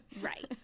right